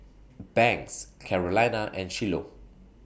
Banks Carolina and Shiloh